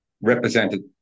represented